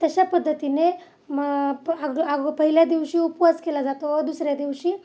तशा पद्धतीने मग अग अग पहिल्या दिवशी उपवास केला जातो व दुसऱ्या दिवशी